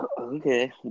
Okay